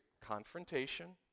confrontation